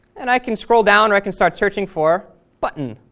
and i can scroll down, or i can start searching for button.